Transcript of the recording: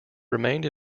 remained